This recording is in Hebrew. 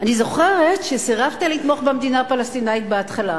אני זוכרת שסירבת לתמוך במדינה הפלסטינית בהתחלה.